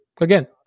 Again